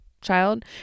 child